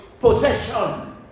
possession